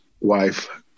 wife